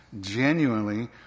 genuinely